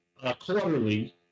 quarterly